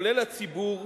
כולל הציבור,